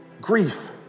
grief